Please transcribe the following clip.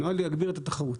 נועד להגביר את התחרות,